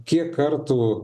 kiek kartų